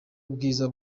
ubwiza